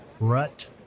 Rut